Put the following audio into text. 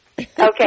Okay